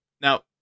Now